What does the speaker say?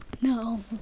No